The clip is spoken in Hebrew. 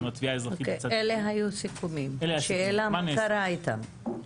אלה היו סיכומים, השאלה מה קרה איתם?